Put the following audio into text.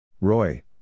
Roy